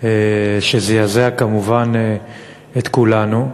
שזעזע כמובן את כולנו.